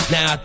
Now